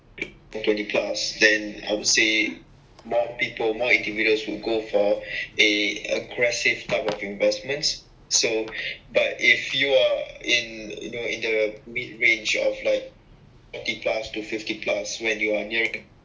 the credit cards then I would say more people more individuals will go for a aggressive type of investments so but if you are in you know in the mid range of like eighty plus to fifty plus when you are near